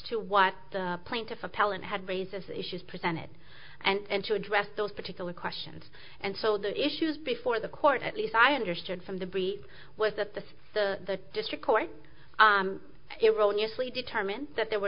to what the plaintiff appellant had raises issues presented and to address those particular questions and so the issues before the court at least i understood from the brief was that this the district court eroni asli determine that there were